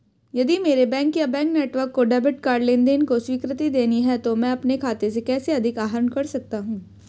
यदि मेरे बैंक या बैंक नेटवर्क को डेबिट कार्ड लेनदेन को स्वीकृति देनी है तो मैं अपने खाते से कैसे अधिक आहरण कर सकता हूँ?